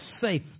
safe